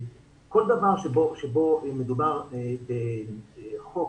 כל דבר שבו מדובר בחוק,